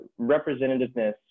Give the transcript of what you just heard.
representativeness